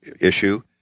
issue